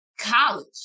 college